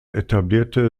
etablierte